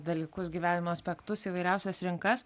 dalykus gyvenimo aspektus įvairiausias rinkas